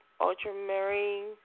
ultramarine